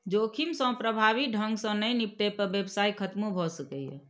जोखिम सं प्रभावी ढंग सं नहि निपटै पर व्यवसाय खतमो भए सकैए